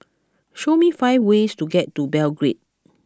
show me five ways to get to Belgrade